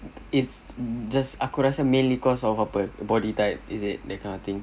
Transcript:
it's just aku rasa mainly cause of apa body type is it that kind of thing